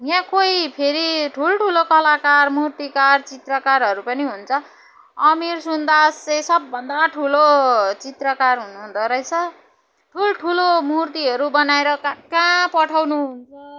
यहाँ कोही फेरि ठुल्ठुलो कलाकार मूर्तिकार चित्रकारहरू पनि हुन्छ अमीर सुन्दास चाहिँ सबभन्दा ठुलो चित्रकार हुनुहुँदोरहेछ ठुल्ठुलो मूर्तिहरू बनाएर कहाँ कहाँ पठाउनुहुन्छ